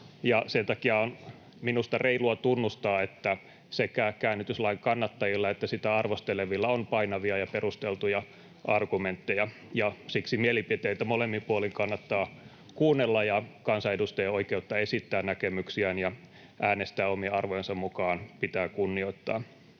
Sen takia minusta on reilua tunnustaa, että sekä käännytyslain kannattajilla että sitä arvostelevilla on painavia ja perusteltuja argumentteja, ja siksi mielipiteitä molemmin puolin kannattaa kuunnella ja kansanedustajien oikeutta esittää näkemyksiään ja äänestää omien arvojensa mukaan pitää kunnioittaa.